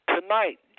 Tonight